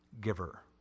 giver